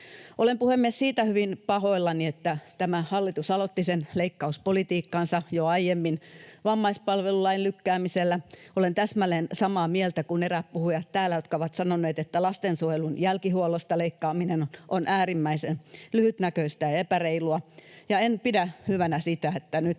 Olen, puhemies, siitä hyvin pahoillani, että tämä hallitus aloitti sen leikkauspolitiikkansa jo aiemmin vammaispalvelulain lykkäämisellä. Olen täsmälleen samaa mieltä kuin eräät puhujat täällä, jotka ovat sanoneet, että lastensuojelun jälkihuollosta leikkaaminen on äärimmäisen lyhytnäköistä ja epäreilua, ja en pidä hyvänä sitä, että nyt